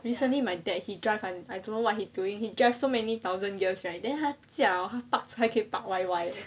recently my dad he drive and I don't know what he doing he drive so many thousand years hor then 他驾 hor 还可以 park 歪歪